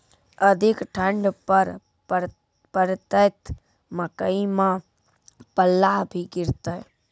अधिक ठंड पर पड़तैत मकई मां पल्ला भी गिरते?